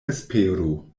esperu